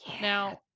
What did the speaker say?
Now